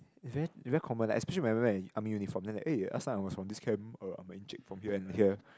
it very it very common like especially marry right army uniform then like eh last time I from this camp eh I'm a encik from here and here